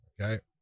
Okay